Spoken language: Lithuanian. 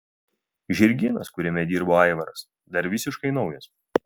žirgynas kuriame dirba aivaras dar visiškai naujas